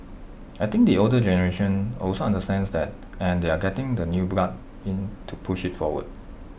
I think the older generation also understands that and they are getting the new blood in to push IT forward